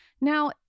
Now